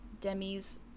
Demi's